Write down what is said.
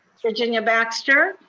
virginia baxter.